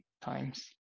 times